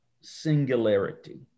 singularity